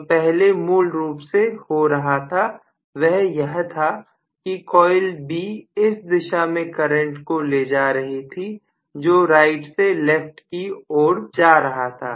जो पहले मूल रूप से हो रहा था वह यह था कि कॉइल B इस दिशा में करंट को ले जा रही थी जो राइट से लेफ्ट की ओर जा रहा था